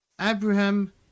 Abraham